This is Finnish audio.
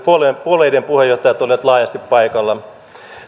puolueiden puolueiden puheenjohtajat olivat laajasti paikalla